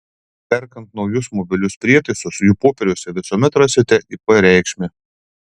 perkant naujus mobilius prietaisus jų popieriuose visuomet rasite ip reikšmę